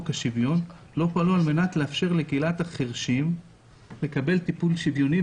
השוויון לא פנו כדי לאפשר לקהילת החירשים לקבל טיפול שוויוני,